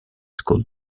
school